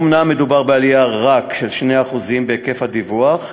אומנם מדובר רק בעלייה של 2% בהיקף הדיווח,